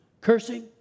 cursing